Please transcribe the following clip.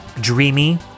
dreamy